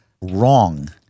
wrong